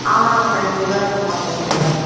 ஆமாங்க மேம் எனக்கு இதுதாங்க மேம் வாட்ஸ்அப் நம்பர்